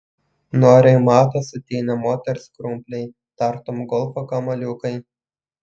nuo reumato sutinę moters krumpliai tartum golfo kamuoliukai